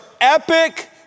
epic